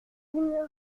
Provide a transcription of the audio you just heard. une